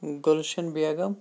Gulshan Begum